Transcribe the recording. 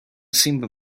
simple